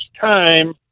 time